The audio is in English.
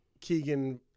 Keegan